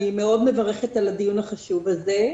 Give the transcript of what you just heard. אני מברכת מאוד על הדיון החשוב הזה.